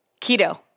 Keto